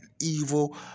evil